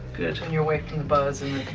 good. and you're away from the buzz and